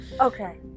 okay